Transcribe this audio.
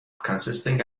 consisting